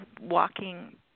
walking